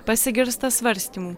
pasigirsta svarstymų